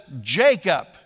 Jacob